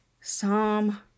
Psalm